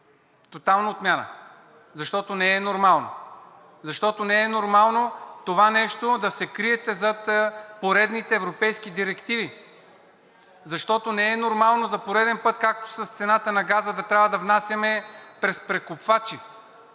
Тотална отмяна! Защото не е нормално! Защото не е нормално това нещо да се криете зад поредните европейски директиви! Защото не е нормално за пореден път, както с цената на газа, да трябва да внасяме през прекупвачи